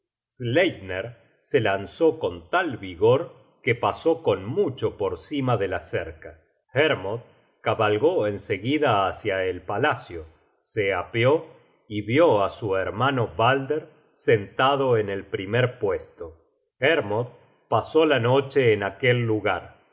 sleipner se lanzó con tal vigor que pasó con mucho por cima de la cerca hermod cabalgó en seguida hácia el palacio se apeó y vió á su hermano balder sentado en el primer puesto hermod pasó la noche en aquel lugar